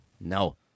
No